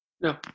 No